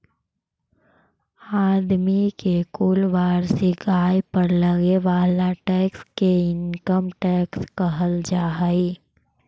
आदमी के कुल वार्षिक आय पर लगे वाला टैक्स के इनकम टैक्स कहल जा हई